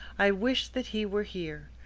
i wish that he were here.